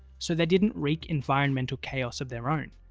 so they didn't wreak environmental chaos of their own,